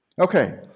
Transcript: Okay